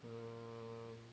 um